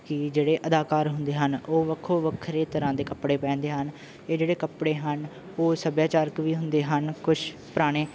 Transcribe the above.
ਕਿ ਜਿਹੜੇ ਅਦਾਕਾਰ ਹੁੰਦੇ ਹਨ ਉਹ ਵੱਖੋ ਵੱਖਰੇ ਤਰ੍ਹਾਂ ਦੇ ਕੱਪੜੇ ਪਹਿਨਦੇ ਹਨ ਇਹ ਜਿਹੜੇ ਕੱਪੜੇ ਹਨ ਉਹ ਸੱਭਿਆਚਾਰਕ ਵੀ ਹੁੰਦੇ ਹਨ ਕੁਛ ਪੁਰਾਣੇ